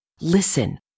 Listen